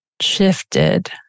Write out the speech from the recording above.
shifted